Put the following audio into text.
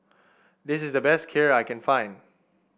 this is the best Kheer I can find